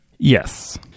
Yes